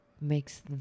makes